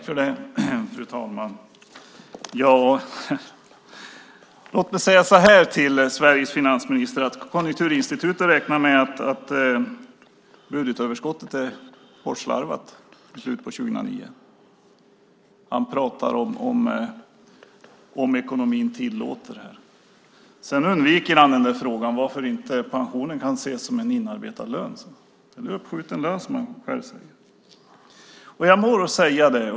Fru talman! Låt mig säga så här till Sveriges finansminister: Konjunkturinstitutet räknar med att budgetöverskottet är bortslarvat i slutet av 2009. Han säger om ekonomin tillåter. Sedan undviker han frågan varför inte pensionen kan ses som en inarbetad lön. Det är en uppskjuten lön som han själv säger.